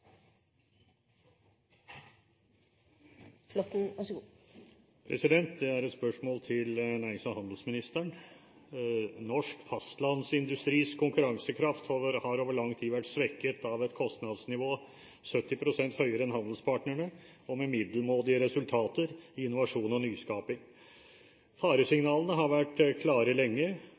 Det er et spørsmål til nærings- og handelsministeren. Norsk fastlandsindustris konkurransekraft har over lang tid vært svekket av et kostnadsnivå som er 70 pst. høyere enn handelspartnernes, og av middelmådige resultater i innovasjon og nyskaping. Faresignalene har vært klare lenge,